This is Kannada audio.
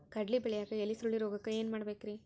ಕಡ್ಲಿ ಬೆಳಿಯಾಗ ಎಲಿ ಸುರುಳಿರೋಗಕ್ಕ ಏನ್ ಮಾಡಬೇಕ್ರಿ?